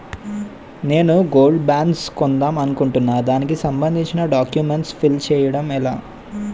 నేను gold bonds కొందాం అనుకుంటున్నా దానికి సంబందించిన డాక్యుమెంట్స్ ఫిల్ చేయడం ఎలా?